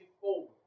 forward